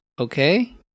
okay